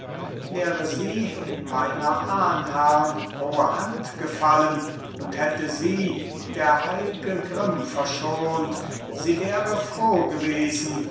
wäre sie in meiner ahnherrn rohe hand gefallen und hätte sie der heil'ge grimm verschont sie wäre froh gewesen